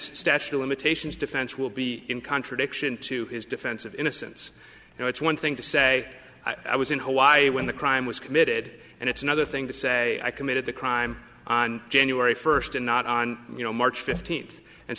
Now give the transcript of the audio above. statute of limitations defense will be in contradiction to his defense of innocence you know it's one thing to say i was in hawaii when the crime was committed and it's another thing to say i committed the crime on january first and not on you know march fifteenth and